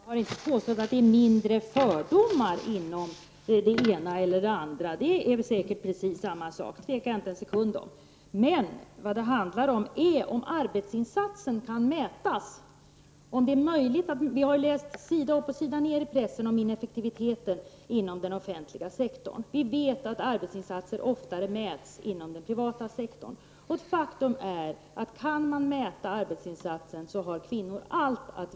Herr talman! Jag har inte påstått att det är mindre av fördomar inom den ena eller andra verksamheten. Det är säkert fråga om precis samma sak, det tvekar jag inte en sekund om. Vad det handlar om är emellertid ifall arbetsinsatsen kan mätas. Vi har ju läst sida upp och sida ned i pressen om ineffektiviteten inom den offentliga sektorn. Vi vet att arbetsinsatser oftare mäts inom den privata sektorn. Ett faktum är att kvinnor har allt att vinna på att man kan mäta arbetsinsatser.